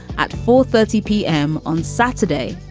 at four thirty p m. on saturday,